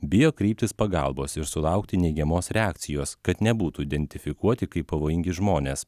bijo kreiptis pagalbos ir sulaukti neigiamos reakcijos kad nebūtų identifikuoti kaip pavojingi žmonės